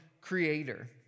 Creator